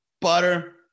butter